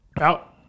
out